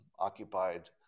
occupied